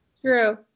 true